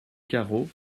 carreau